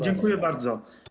Dziękuję bardzo.